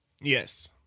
Yes